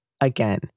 Again